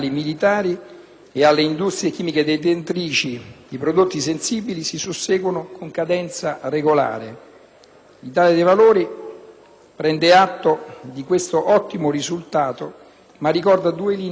prende atto di questo ottimo risultato, ma ricorda due linee direttrici d'azione che determineranno in futuro l'effettivo successo della battaglia per il disarmo chimico, durata quasi un secolo.